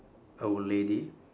a lady